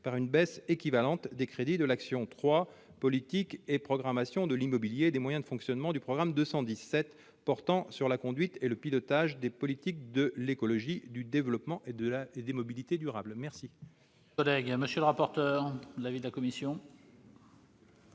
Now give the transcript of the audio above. par une baisse équivalente des crédits de l'action n° 03, Politique et programmation de l'immobilier et des moyens de fonctionnement, du programme 217 portant sur la conduite et le pilotage des politiques de l'écologie, du développement et de la mobilité durables. Quel est l'avis de la commission